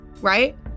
right